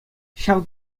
ҫав